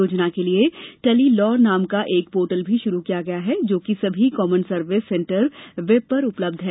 योजना के लिएं टेली लॉ नाम का एक पोर्टल भी शुरू किया गया है जो कि सभी कॉमन सर्विस सेंटर वेब पर उपलब्ध है